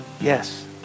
Yes